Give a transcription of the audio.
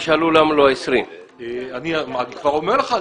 ישאלו למה לא 20. אני כבר אומר לך,